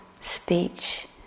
speech